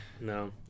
No